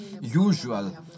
usual